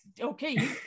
Okay